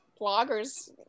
bloggers